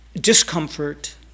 discomfort